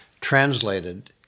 translated